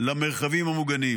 למרחבים המוגנים,